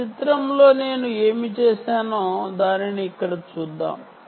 ఈ చిత్రంలో నేను ఏమి చేశానో దానిని ఇక్కడ చూద్దాం